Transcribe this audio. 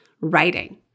writing